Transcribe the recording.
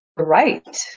Right